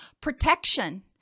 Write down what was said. protection